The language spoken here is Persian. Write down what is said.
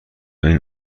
این